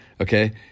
Okay